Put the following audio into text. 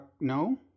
no